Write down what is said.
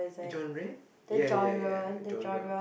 a genre yeah yeah yeah uh genre